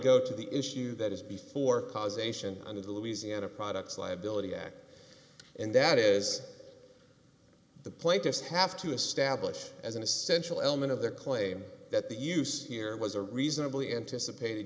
go to the issue that is before causation under the louisiana products liability act and that is the plaintiffs have to establish as an essential element of their claim that the use here was a reasonably anticipated